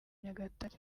nyagatare